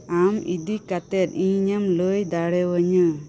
ᱟᱢ ᱤᱫᱤ ᱠᱟᱛᱮᱫ ᱤᱧ ᱮᱢ ᱞᱟᱹᱭ ᱫᱟᱲᱮᱭᱟᱹᱧᱟᱹ